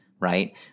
right